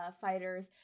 fighters